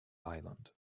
island